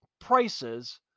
prices